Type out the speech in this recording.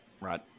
right